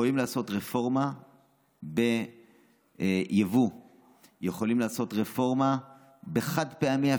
יכולים לעשות רפורמה בייבוא ויכולים אפילו לעשות רפורמה בחד-פעמי,